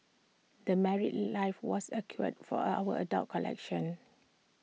the married life was A cure for A our adult collection